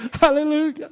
Hallelujah